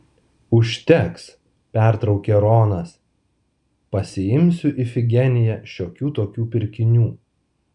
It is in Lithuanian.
užteks pertraukė ronas pasiimsiu ifigeniją šiokių tokių pirkinių